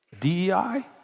DEI